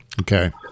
Okay